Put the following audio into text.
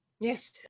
Yes